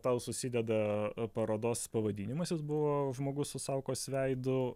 tau susideda parodos pavadinimas jis buvo žmogus su saukos veidu